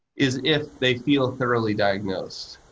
is if they feel thoroughly diagnosed.